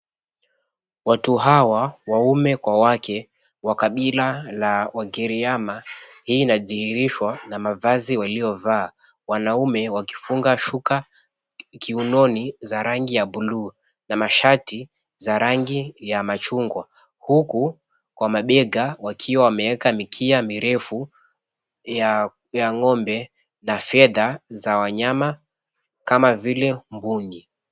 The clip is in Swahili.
Watu hawa waume kwa wake, wa kabila la wagiriama hii inajihirishwa na mavazi waliovaa. Wanaume wakifunga shuka kiunoni za rangi ya bluu na mashati ya machunmgwa, huku kwa mabega wakiwa wameeka mikia mirefu ya ng'ombe na fedha za wanya kama vile mbunyi.